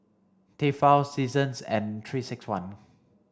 Tefal Seasons and three six one